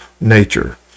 nature